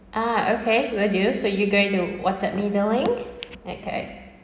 ah okay will do so you going to whatsapp me dialling okay